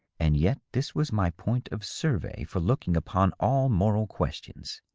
and yet this was my point of survey for looking upon all moral questions.